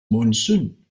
monsoon